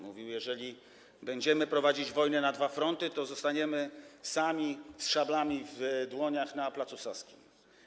Mówił, że jeżeli będziemy prowadzić wojnę na dwa fronty, to zostaniemy sami, z szablami w dłoniach na placu Saskim.